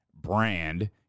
brand